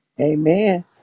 Amen